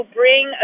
bring